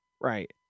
Right